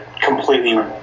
Completely